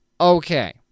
Okay